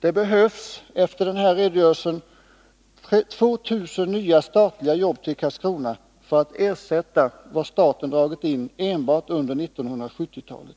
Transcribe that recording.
Det behövs — med hänsyn till den minskning som här redovisats —2 000 nya statliga jobb till Karlskrona för att ersätta vad staten dragit in enbart under 1970-talet.